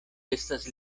estas